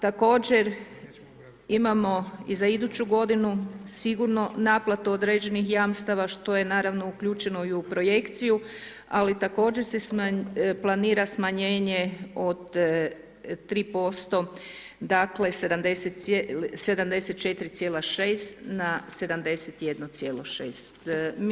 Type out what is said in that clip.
Također imamo i za iduću godinu sigurno naplatu određenih jamstava što je naravno uključeno i u projekciju, ali također se planira smanjenje od 3%, dakle 74,6 na 71,6.